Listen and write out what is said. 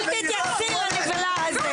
אל תתייחסי לחלאה הזה.